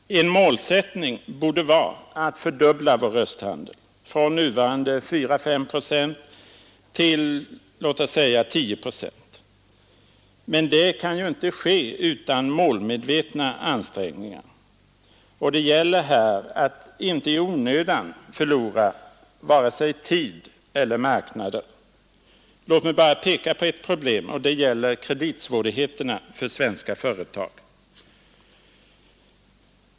En målsättning borde vara att fördubbla vår östhandel från nuvarande 4—5 procent till låt oss säga 10 procent. Men det kan inte ske utan målmedvetna ansträngningar. Och det gäller här att inte i onödan förlora vare sig tid eller marknader. Låt mig bara peka på ett problem, och det gäller kreditsvårigheterna för svenska företag.